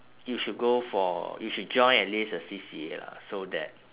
you should go for you should join at least a C_C_A lah so that